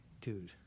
dude